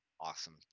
awesome